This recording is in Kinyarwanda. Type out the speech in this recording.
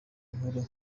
nkuru